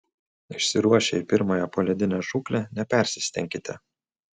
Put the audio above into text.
išsiruošę į pirmąją poledinę žūklę nepersistenkite